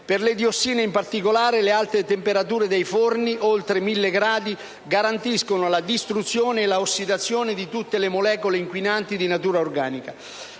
Per le diossine, in particolare, le alte temperature dei forni (oltre mille gradi) garantiscono la distruzione e l'ossidazione di tutte le molecole inquinanti di natura organica.